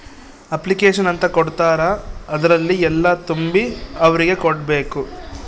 application ಅಂತ ಕೊಡ್ತಾರ ಅದ್ರಲ್ಲಿ ಎಲ್ಲ ತುಂಬಿ ಅವ್ರಿಗೆ ಕೊಡ್ಬೇಕು